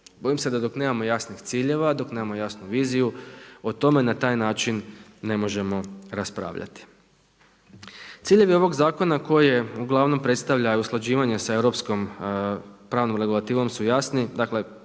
Bojim se da dok nemamo jasnih ciljeva, dok nemamo jasnu viziju o tome na taj način ne možemo raspravljati. Ciljevi ovog zakona koje uglavnom predstavlja i usklađivanje sa europskom pravnom regulativom su jasni.